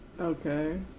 Okay